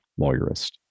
lawyerist